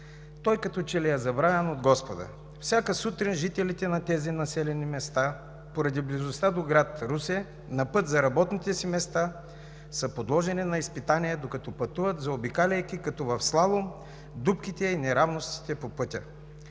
Той като че ли е забравен от Господа. Всяка сутрин жителите на тези населени места, поради близостта до град Русе, на път за работните си места, са подложени на изпитание, докато пътуват, заобикаляйки като в слалом дупките и неравностите по пътя.